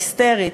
היסטרית,